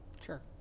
Sure